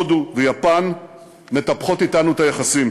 הודו ויפן מטפחות אתנו את היחסים.